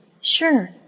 Sure